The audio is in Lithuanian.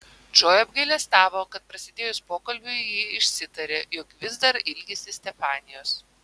džoja apgailestavo kad prasidėjus pokalbiui ji išsitarė jog vis dar ilgisi stefanijos